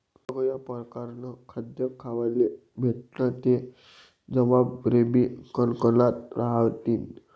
सगया परकारनं खाद्य खावाले भेटनं ते जनावरेबी कनकनात रहातीन